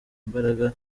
imbaraga